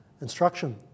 instruction